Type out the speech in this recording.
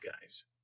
guys